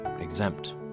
exempt